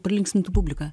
pralinksmintų publiką